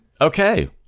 okay